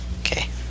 Okay